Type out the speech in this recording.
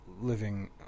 living